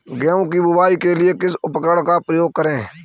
गेहूँ की बुवाई के लिए किस उपकरण का उपयोग करें?